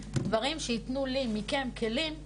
דברים שיתנו לי מכן כלים,